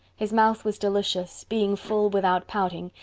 his mouth was delicious, being full without pouting,